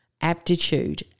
aptitude